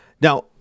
Now